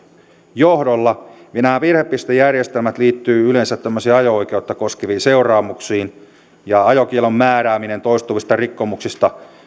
johdolla nämä virhepistejärjestelmät liittyvät yleensä tämmöisiin ajo oikeutta koskeviin seuraamuksiin ja ajokiellon määrääminen toistuvista rikkomuksista